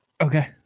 okay